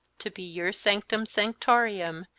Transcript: to be your sanctum sanctorum,